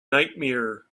nightmare